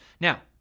Now